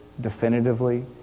definitively